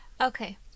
Okay